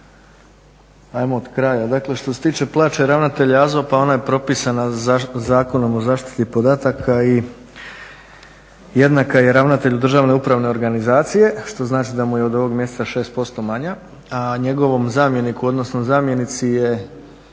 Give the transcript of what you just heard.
Ajmo od kraja.